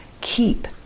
keep